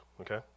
Okay